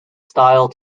style